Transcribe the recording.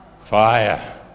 fire